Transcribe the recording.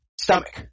stomach